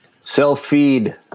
Self-feed